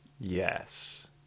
yes